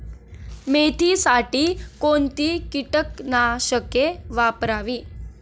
मेथीसाठी कोणती कीटकनाशके वापरावी?